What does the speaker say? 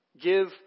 Give